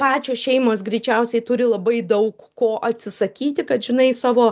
kad pačios šeimos greičiausiai turi labai daug ko atsisakyti kad žinai savo